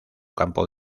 campo